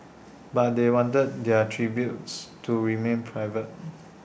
but they wanted their tributes to remain private